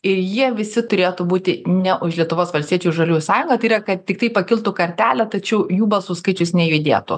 ir jie visi turėtų būti ne už lietuvos valstiečių ir žaliųjų sąjungą tai yra kad tiktai pakiltų kartelė tačiau jų balsų skaičius nejudėtų